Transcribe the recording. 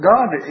God